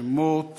השמות